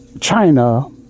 China